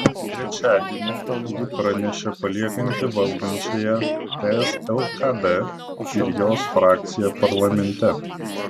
trečiadienį ji pranešė paliekanti valdančiąją ts lkd ir jos frakciją parlamente